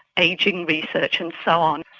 ageing research and so on.